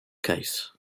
case